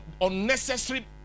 unnecessary